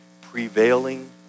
Prevailing